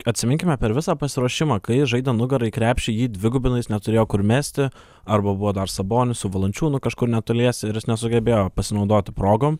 atsiminkime per visą pasiruošimą kai jis žaidė nugara į krepšį jį dvigubino jis neturėjo kur mesti arba buvo dar sabonis su valančiūnu kažkur netoliese ir jis nesugebėjo pasinaudoti progom